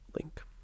link